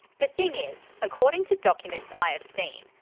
the thing is, according to documents i've seen,